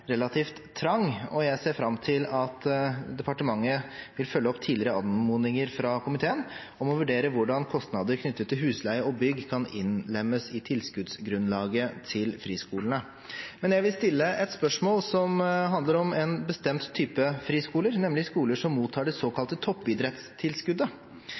relativt trang, og jeg ser fram til at departementet vil følge opp tidligere anmodninger fra komiteen om å vurdere hvordan kostnader knyttet til husleie og bygg kan innlemmes i tilskuddsgrunnlaget til friskolene. Jeg vil stille et spørsmål som handler om en bestemt type friskoler, nemlig skoler som mottar det såkalte toppidrettstilskuddet.